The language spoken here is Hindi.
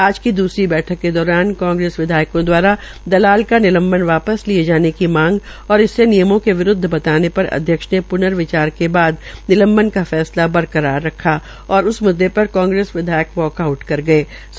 आज की दूसरी बैठक के दौरान कांग्रेस विधायकों दवारा दलाल का निलंवत वापस लिये जाने की मांग और इसे नियमों के विरूद्व बताने पर अध्यक्ष ने पूर्न विचार के बाद निलंबन का फैसला बरकरार रखा और इस मुद्दे पर कांग्रेस विधायक वाकआऊट रखा